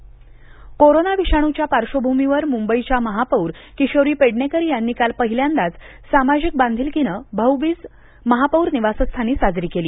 मुंबई महापौर कोरोना विषाणूच्या पार्श्वभूमीवर मुंबईच्या महापौर किशोरी पेडणेकर यांनी काल पहिल्यांदाच सामाजिक बांधिलकीनं भाऊबीज महापौर निवासस्थानी साजरी केली